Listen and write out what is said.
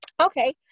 Okay